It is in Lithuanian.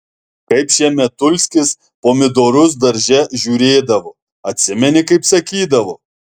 kaip šemetulskis pomidorus darže žiūrėdavo atsimeni kaip sakydavo